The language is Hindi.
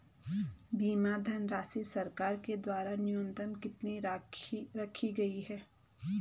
बीमा धनराशि सरकार के द्वारा न्यूनतम कितनी रखी गई है?